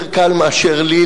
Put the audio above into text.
למה אתה מחכה לשר האוצר?